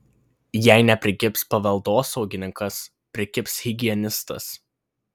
jei neprikibs paveldosaugininkas prikibs higienistas